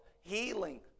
healing